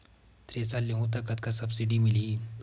Thresher लेहूं त कतका सब्सिडी मिलही?